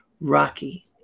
rocky